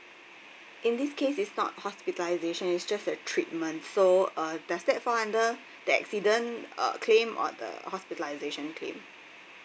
in this case it's not hospitalisation it's just a treatment so uh does that fall under the accident uh claim or the hospitalisation claim